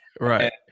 Right